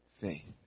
faith